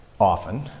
often